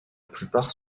plupart